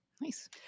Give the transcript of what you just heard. nice